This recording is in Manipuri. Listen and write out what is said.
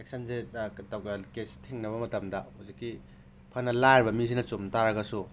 ꯑꯦꯛꯁꯟꯁꯦ ꯀꯦꯁ ꯊꯦꯡꯅꯕ ꯃꯇꯝꯗ ꯍꯧꯖꯤꯛꯀꯤ ꯐꯅ ꯂꯥꯏꯔꯕ ꯃꯤꯁꯤꯅ ꯆꯨꯝ ꯇꯥꯔꯒꯁꯨ